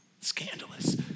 Scandalous